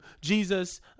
Jesus